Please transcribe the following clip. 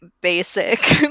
basic